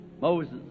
Moses